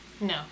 No